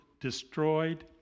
destroyed